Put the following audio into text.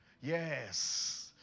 Yes